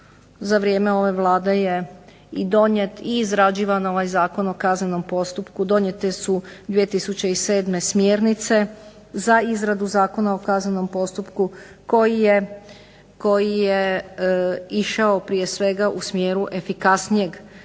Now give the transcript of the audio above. za vrijeme ove Vlade je i donijet i izrađivan ovaj Zakon o kaznenom postupku. Donijete su 2007. smjernice za izradu Zakona o kaznenom postupku koji je išao prije svega u smjeru efikasnijeg